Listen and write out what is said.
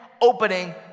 opening